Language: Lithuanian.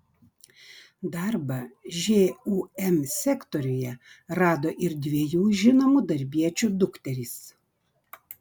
darbą žūm sektoriuje rado ir dviejų žinomų darbiečių dukterys